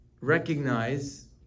recognize